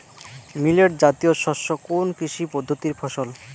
Millet জাতীয় শস্য কোন কৃষি পদ্ধতির ফসল?